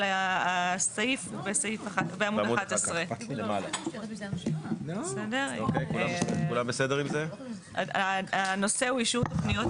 אבל הסעיף בעמוד 11. הנושא הוא אישור תוכנית